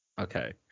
okay